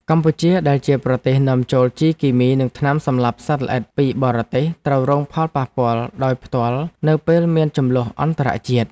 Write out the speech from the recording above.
កម្ពុជាដែលជាប្រទេសនាំចូលជីគីមីនិងថ្នាំសម្លាប់សត្វល្អិតពីបរទេសត្រូវរងផលប៉ះពាល់ដោយផ្ទាល់នៅពេលមានជម្លោះអន្តរជាតិ។